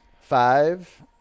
Five